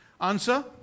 answer